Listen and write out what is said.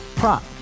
prop